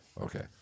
Okay